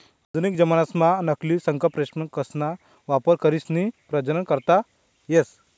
आधुनिक जमानाम्हा नकली संप्रेरकसना वापर करीसन प्रजनन करता येस